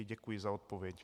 Děkuji za odpověď.